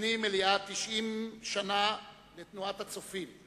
מציינים מלאות 90 שנה לתנועת "הצופים".